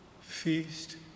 feast